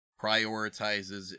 prioritizes